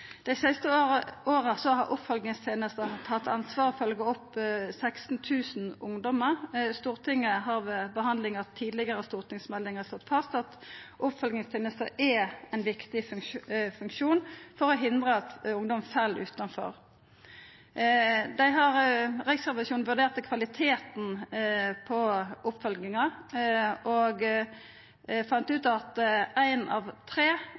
Dei siste åra har oppfølgingstenesta hatt ansvaret for å følgja opp 16 000 ungdomar. Stortinget har ved behandling av tidlegare stortingsmeldingar slått fast at oppfølgingstenesta er ein viktig funksjon for å hindra at ungdom fell utanfor. Riksrevisjonen vurderte kvaliteten på oppfølginga og fann ut at berre ein av tre